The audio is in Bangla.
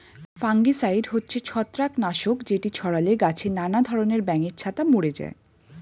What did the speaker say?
ফাঙ্গিসাইড হচ্ছে ছত্রাক নাশক যেটি ছড়ালে গাছে নানা ধরণের ব্যাঙের ছাতা মরে যায়